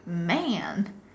man